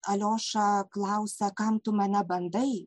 alioša klausia kam tu mane bandai